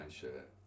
shirt